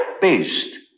based